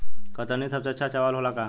कतरनी सबसे अच्छा चावल होला का?